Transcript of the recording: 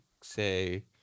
say